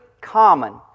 common